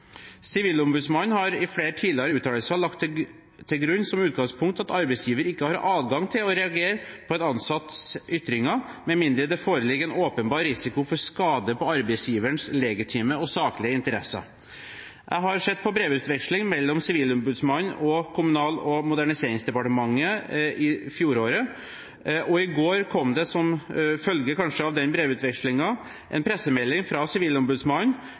Sivilombudsmannen har i flere tidligere uttalelser lagt til grunn som utgangspunkt at arbeidsgiver ikke har adgang til å reagere på en ansatts ytringer med mindre det foreligger en åpenbar risiko for skade på arbeidsgiverens legitime og saklige interesser. Jeg har sett på brevveksling mellom Sivilombudsmannen og Kommunal- og moderniseringsdepartementet fra fjoråret. I går kom det, kanskje som følge av denne brevvekslingen, en pressemelding fra Sivilombudsmannen